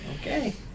okay